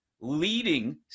leading